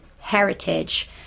heritage